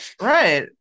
Right